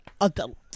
adult